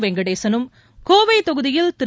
வெங்கடேசனும் கோவை தொகுதியில் திரு